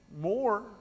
more